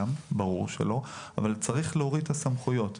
אבל צריך להוריד את הסמכויות.